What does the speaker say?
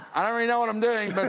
i already know what i'm doing but